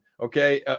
okay